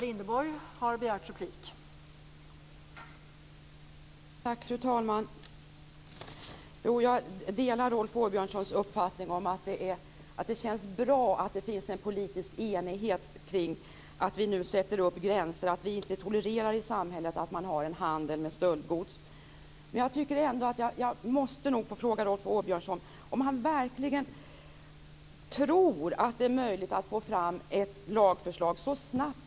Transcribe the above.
Fru talman! Jag delar Rolf Åbjörnssons uppfattning, att det känns bra att det finns en politisk enighet kring att vi inte tolererar en handel med stöldgods i samhället. Jag måste ändå fråga Rolf Åbjörnsson om han verkligen tror att det är möjligt att få fram ett lagförslag så snabbt.